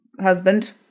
husband